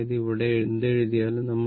അതായത് ഇവിടെ എന്തെഴുതിയാലും